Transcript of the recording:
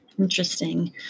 Interesting